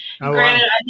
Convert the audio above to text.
Granted